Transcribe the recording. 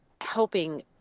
helping